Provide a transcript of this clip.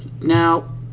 Now